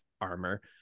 armor